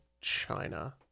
China